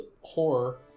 horror